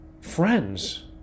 friends